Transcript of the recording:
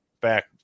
back